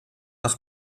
nach